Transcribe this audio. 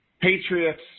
Patriots